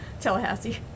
Tallahassee